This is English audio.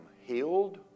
healed